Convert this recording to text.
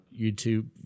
YouTube